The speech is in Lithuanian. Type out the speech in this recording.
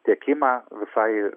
tiekimą visai